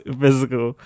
physical